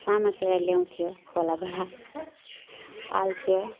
समातेर ल्याउँथ्यो खोलाबाट पाल्थ्यो